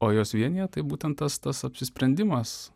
o juos vienija tai būtent tas tas apsisprendimas